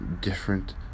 different